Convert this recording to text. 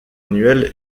annuelle